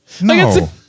no